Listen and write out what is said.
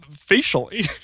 facially